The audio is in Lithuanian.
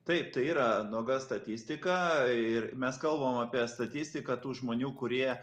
taip tai yra nuoga statistika ir mes kalbam apie statistiką tų žmonių kurie